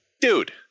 Dude